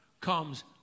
comes